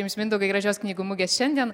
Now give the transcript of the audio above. jums mindaugai gražios knygų mugės šiandien